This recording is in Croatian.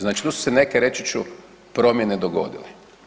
Znači tu su se neke reći ću, promjene dogodile.